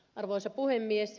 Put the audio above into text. arvoisa puhemies